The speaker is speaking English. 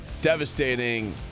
devastating